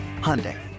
Hyundai